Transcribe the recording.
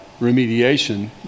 remediation